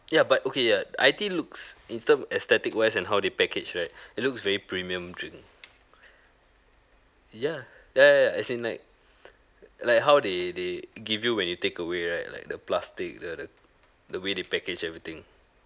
ya but okay ya itea looks in term aesthetic wise and how they package right it looks very premium drink ya ya ya ya as in like like how they they give you when you take away right like the plastic the the the way they package everything